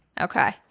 Okay